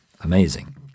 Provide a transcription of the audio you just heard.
Amazing